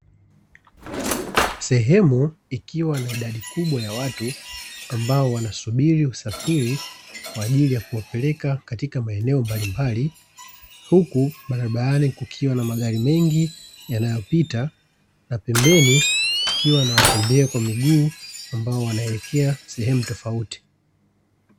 Sehemu ikiwa ina idadi kubwa ya watu ambao wana subiri kupata usafiri kwa ajili ya kuwapeleka katika maeneo mbalimbali, huku barabara kukiwa na magari mengi yanayopita, na pembeni kukiwa na watembea kwa miguu ambao wanaelekea sehemu tofauti.